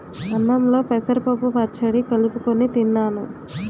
అన్నంలో పెసరపప్పు పచ్చడి కలుపుకొని తిన్నాను